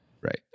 Right